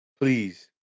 Please